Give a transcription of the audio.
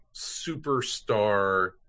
superstar